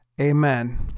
Amen